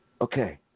Okay